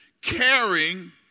caring